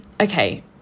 okay